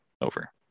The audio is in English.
over